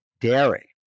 dairy